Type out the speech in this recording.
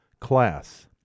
class